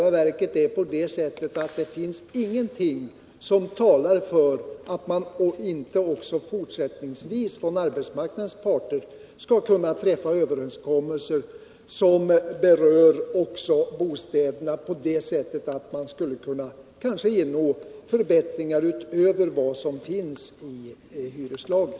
Arbetsmarknadens parter kan även fortsättningsvis träffa överenskommelser som berör också bostäder och man kan på det sättet uppnå förbättringar utöver vad som anges i hyreslagen.